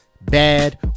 bad